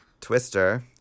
Twister